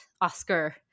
oscar